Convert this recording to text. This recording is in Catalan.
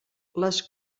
les